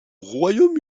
royaume